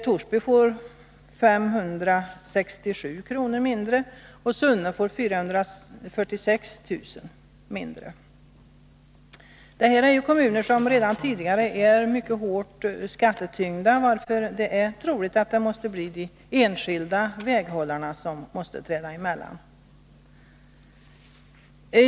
Torsby får 567 000 kr. mindre, och Sunne får 446 000 kr. mindre. Detta är ju kommuner som redan tidigare är mycket hårt skattetyngda, varför det är troligt att det måste bli de enskilda väghållarna som får träda emellan.